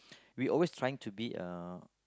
we always trying to be a